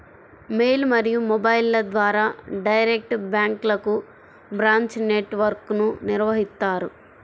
mail మరియు మొబైల్ల ద్వారా డైరెక్ట్ బ్యాంక్లకు బ్రాంచ్ నెట్ వర్క్ను నిర్వహిత్తారు